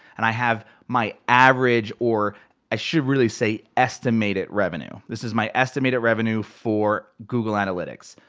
and i have my average, or i should really say estimated revenue. this is my estimated revenue for google analytics.